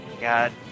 God